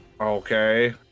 Okay